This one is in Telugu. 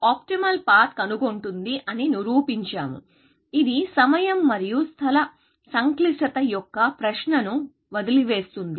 ఆప్టిమల్ పాత్ కనుగొంటుంది అని నిరూపించాము ఇది సమయం మరియు స్థల సంక్లిష్టత యొక్క ప్రశ్నను వదిలివేస్తుంది